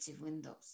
windows